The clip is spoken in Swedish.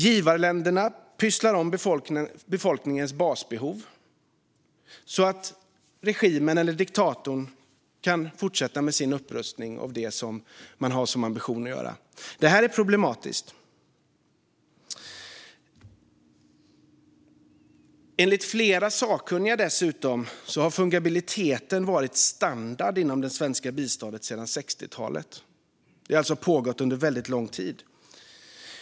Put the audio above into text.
Givarländerna pysslar om befolkningens basbehov så att regimen eller diktatorn kan fortsätta med sin upprustning av det man har som ambition att göra. Det är problematiskt. Enligt flera sakkunniga har fungibiliteten varit standard inom det svenska biståndet sedan 60-talet. Det har alltså pågått under väldigt lång tid.